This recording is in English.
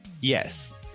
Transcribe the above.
Yes